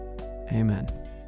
Amen